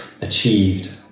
achieved